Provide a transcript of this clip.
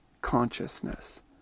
consciousness